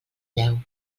deu